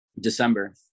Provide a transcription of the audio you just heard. December